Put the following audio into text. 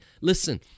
listen